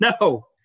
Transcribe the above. No